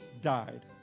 died